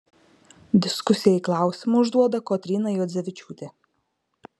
diskusijai klausimą užduoda kotryna juodzevičiūtė